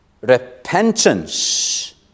repentance